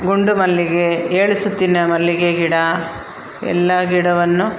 ಗುಂಡು ಮಲ್ಲಿಗೆ ಏಳು ಸುತ್ತಿನ ಮಲ್ಲಿಗೆ ಗಿಡ ಎಲ್ಲ ಗಿಡವನ್ನು